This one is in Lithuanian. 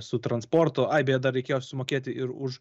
su transportu ai beje dar reikėjo sumokėti ir už